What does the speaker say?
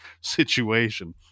situation